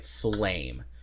Flame